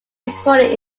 recorded